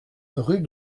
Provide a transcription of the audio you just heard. rue